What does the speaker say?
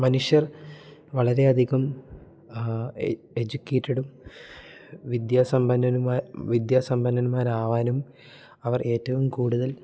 മനുഷ്യർ വളരെ അധികം എജ്യുക്കേറ്റഡും വിദ്യാസമ്പന്നനുമായ വിദ്യാസമ്പന്നൻമാരാവാനും അവർ ഏറ്റവും കൂടുതൽ